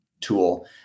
tool